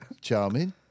Charming